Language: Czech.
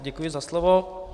Děkuji za slovo.